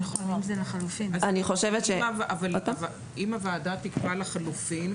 אם הוועדה תקבע לחלופין,